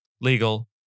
legal